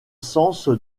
sens